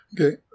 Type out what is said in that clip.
Okay